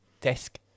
desk